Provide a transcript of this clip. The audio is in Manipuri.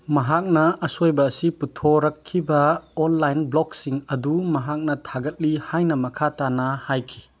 ꯃꯍꯥꯛꯅ ꯑꯁꯣꯏꯕ ꯑꯁꯤ ꯄꯨꯊꯣꯔꯛꯈꯤꯕ ꯑꯣꯟꯂꯥꯏꯟ ꯕ꯭ꯂꯣꯛꯁꯤꯡ ꯑꯗꯨ ꯃꯍꯥꯛꯅ ꯊꯥꯒꯠꯂꯤ ꯍꯥꯏꯅ ꯃꯈꯥ ꯇꯥꯅ ꯍꯥꯏꯈꯤ